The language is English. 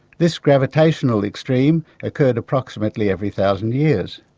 this gravitational extreme occurred approximately every thousand years.